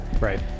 right